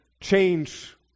change